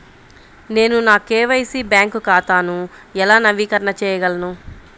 నేను నా KYC bank ఖాతాను ఎలా నవీకరణ చేయగలను?